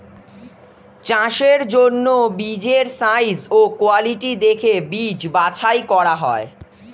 চাষের জন্য বীজের সাইজ ও কোয়ালিটি দেখে বীজ বাছাই করা হয়